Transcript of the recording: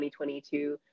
2022